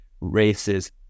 races